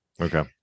Okay